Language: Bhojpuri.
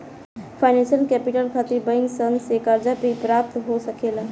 फाइनेंशियल कैपिटल खातिर बैंक सन से कर्जा भी प्राप्त हो सकेला